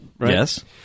Yes